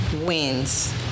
wins